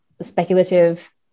speculative